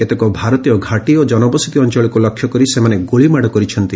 କେତେକ ଭାରତୀୟ ଘାଟି ଓ ଜନବସତି ଅଞ୍ଚଳକୁ ଲକ୍ଷ୍ୟ କରି ସେମାନେ ଗୁଳିମାଡ଼ କରିଛନ୍ତି